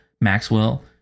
Maxwell